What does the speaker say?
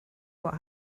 what